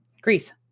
Greece